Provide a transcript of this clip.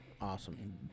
Awesome